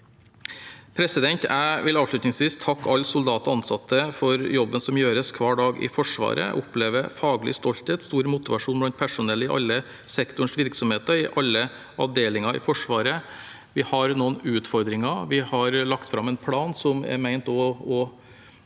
helhet. Jeg vil avslutningsvis takke alle soldater og ansatte for jobben som hver dag gjøres i Forsvaret. Jeg opplever faglig stolthet og stor motivasjon blant personell i alle sektorens virksomheter og i alle avdelinger i Forsvaret. Vi har noen utfordringer. Vi har lagt fram en plan som er ment å imøtekomme